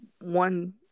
one